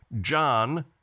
john